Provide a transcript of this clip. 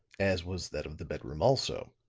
as was that of the bedroom also.